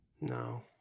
no